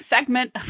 segment